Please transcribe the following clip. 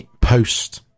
post